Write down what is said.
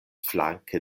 flanke